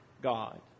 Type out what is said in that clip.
God